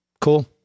Cool